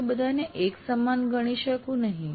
હું તે બધાને એક સમાન ગણી શકું નહિ